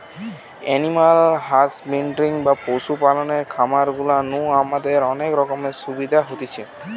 animal husbandry বা পশু পালনের খামার গুলা নু আমাদের অনেক রকমের সুবিধা হতিছে